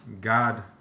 God